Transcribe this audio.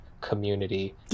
community